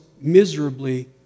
miserably